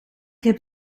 heb